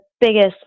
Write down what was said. biggest